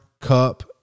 Cup